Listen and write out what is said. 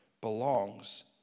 belongs